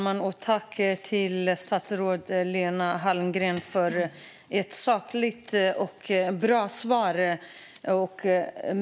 Fru talman! Jag tackar statsrådet Lena Hallengren för ett sakligt och bra svar.